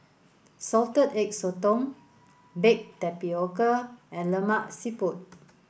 salted egg sotong baked tapioca and Lemak Siput